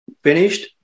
finished